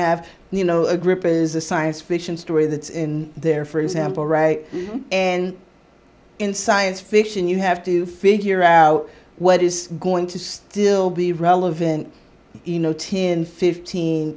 have you know a grip is a science fiction story that's in there for example ray and in science fiction you have to figure out what is going to still be relevant you know ten fifteen